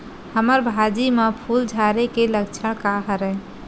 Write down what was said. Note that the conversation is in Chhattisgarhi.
हमर भाजी म फूल झारे के लक्षण का हरय?